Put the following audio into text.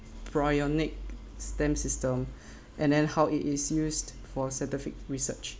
embryonic stem system and then how it is used for scientific research